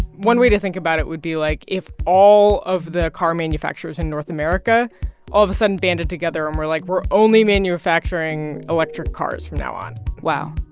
one way to think about it would be like if all of the car manufacturers in north america all of a sudden banded together and were like, we're only manufacturing electric cars from now on wow.